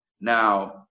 Now